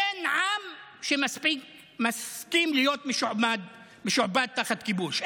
אין עם שמסכים להיות משועבד תחת כיבוש.